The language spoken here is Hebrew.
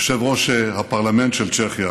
יושב-ראש הפרלמנט של צ'כיה